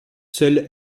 seule